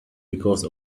because